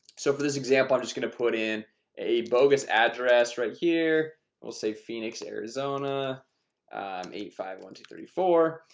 so for this example, i'm just going to put in a bogus address right here. i will say phoenix, arizona i'm eight five. one, two three four,